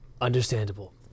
Understandable